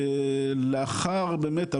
לאחר באמת,